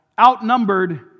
outnumbered